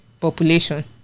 population